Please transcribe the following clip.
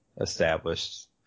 established